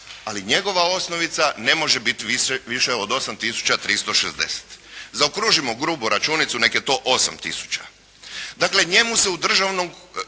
ali njegova osnovica ne može biti viša od 8.360,00. Zaokružimo grubu računicu, neka je to 8 tisuća. Dakle njemu se u državnom